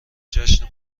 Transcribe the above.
جشن